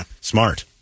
Smart